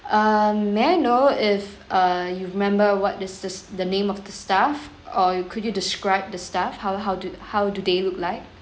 um may I know if uh you remember what this this the name of the staff or you could you describe the staff how how to how do they look like